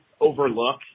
overlook